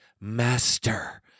master